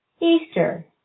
Easter